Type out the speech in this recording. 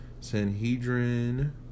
Sanhedrin